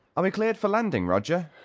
are we cleared for landing, roger?